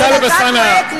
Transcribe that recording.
טלב אלסאנע.